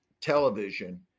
television